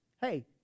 Hey